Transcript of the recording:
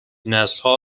نسلها